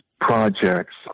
projects